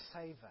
savor